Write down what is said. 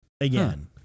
again